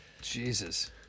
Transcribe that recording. Jesus